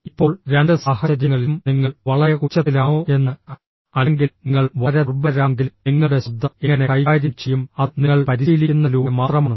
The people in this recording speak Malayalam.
ഇപ്പോൾ രണ്ട് സാഹചര്യങ്ങളിലും നിങ്ങൾ വളരെ ഉച്ചത്തിലാണോ എന്ന് അല്ലെങ്കിൽ നിങ്ങൾ വളരെ ദുർബലരാണെങ്കിലും നിങ്ങളുടെ ശബ്ദം എങ്ങനെ കൈകാര്യം ചെയ്യും അത് നിങ്ങൾ പരിശീലിക്കുന്നതിലൂടെ മാത്രമാണ്